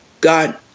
God